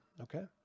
Okay